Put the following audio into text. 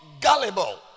gullible